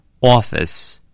Office